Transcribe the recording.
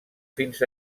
fins